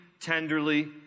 tenderly